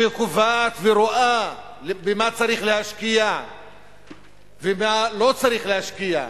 שקובעת ורואה במה צריך להשקיע ובמה לא צריך להשקיע,